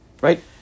right